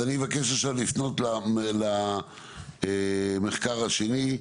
אז אני מבקש עכשיו לפנות למחקר השני,